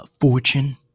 fortune